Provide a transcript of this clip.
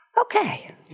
Okay